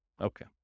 Okay